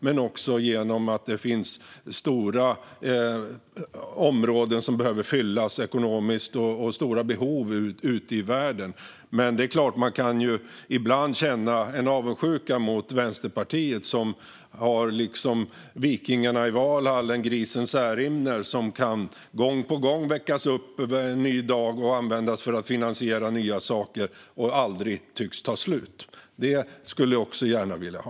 Det finns också stora områden som behöver hjälpas ekonomiskt, och stora behov ute i världen. Ibland kan man ju känna en avundsjuka mot Vänsterpartiet, som liksom vikingarna i Valhall har en grisen Särimner som gång på gång kan väckas till en ny dag och användas för att finansiera nya saker och som aldrig tycks ta slut. Det skulle jag också gärna vilja ha.